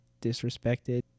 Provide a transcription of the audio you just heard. disrespected